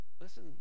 Listen